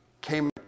came